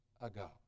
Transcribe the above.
ago